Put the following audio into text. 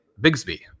Bigsby